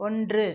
ஒன்று